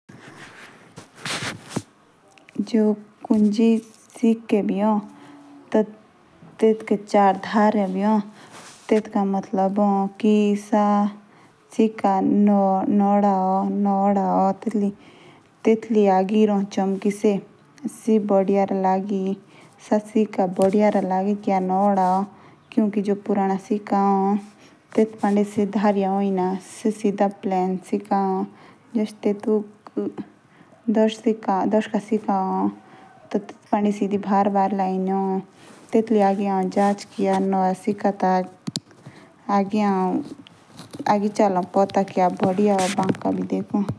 जो कुंजे जैसे भी ए। जो तेतुस धैर्य भी ए टी सा सिक्का नवा ए। जो सिक्का पुराना भी ए। ते सा प्लान ए या निया सिखाया भी ए। तेदु पड़ी रेखा ए।